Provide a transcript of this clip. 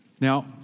Now